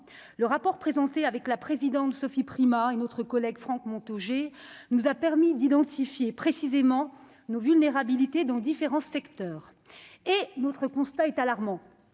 le rapport présenté avec la présidente Sophie Primas une autre collègue Franck Montaugé nous a permis d'identifier précisément nos vulnérabilités dans différents secteurs et notre constat est alarmant